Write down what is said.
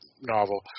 novel